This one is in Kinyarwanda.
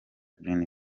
green